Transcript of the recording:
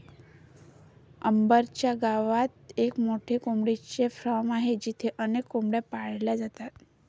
अंबर च्या गावात एक मोठे कोंबडीचे फार्म आहे जिथे अनेक कोंबड्या पाळल्या जातात